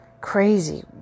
crazy